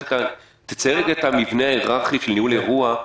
תצייר רגע את המבנה ההיררכי של ניהול האירוע.